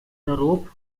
rope